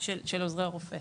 עוזרי הרופא.